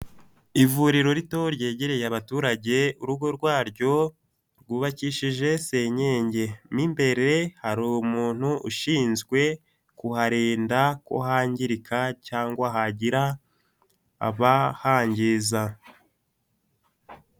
Ivuriro rito ryegereye abaturage urugo rwaryo rwubakishije senyenge, mu imbere hari umuntu ushinzwe kuharinda ku hangirika cyangwa hagira abahangiza.